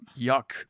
Yuck